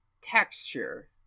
Texture